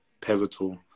pivotal